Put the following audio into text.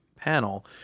panel